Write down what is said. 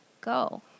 Go